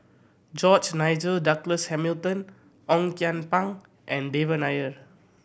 George Nigel Douglas Hamilton Ong Kian Peng and Devan Nair